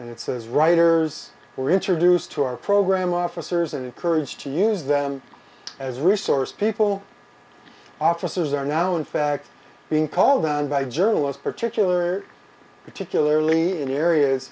and it's as writers were introduced to our program officers and encouraged to use them as a resource people officers are now in fact being called on by journalist particular particularly in the areas